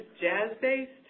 jazz-based